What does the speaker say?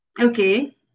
Okay